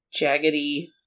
jaggedy